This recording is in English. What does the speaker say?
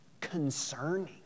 concerning